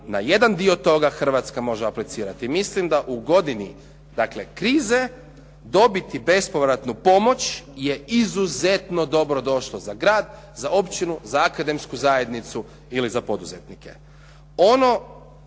na jedan dio toga Hrvatska može aplicirati. Milim da u godini krize dobiti bespovratnu pomoć je izuzetno dobro došlo za grad, za općinu, za akademsku zajednicu ili za poduzetnike.